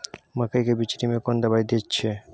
मकई के बिचरी में कोन दवाई दे छै?